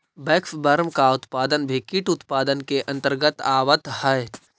waxworm का उत्पादन भी कीट उत्पादन के अंतर्गत आवत है